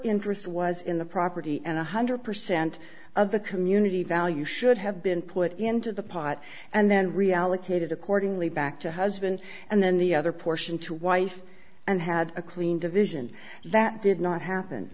interest was in the property and one hundred percent of the community value should have been put into the pot and then reallocated accordingly back to husband and then the other portion to wife and had a clean division that did not happen